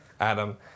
Adam